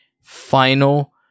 final